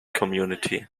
community